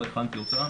לא הכנתי אותם,